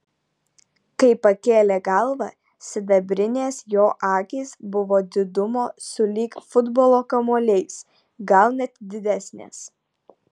kai pakėlė galvą sidabrinės jo akys buvo didumo sulig futbolo kamuoliais gal net didesnės